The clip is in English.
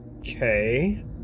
Okay